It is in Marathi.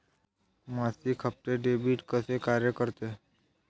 मासिक हप्ते, डेबिट कसे कार्य करते